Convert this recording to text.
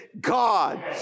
God